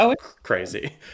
crazy